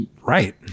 right